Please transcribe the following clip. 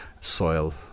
soil